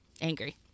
angry